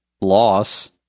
loss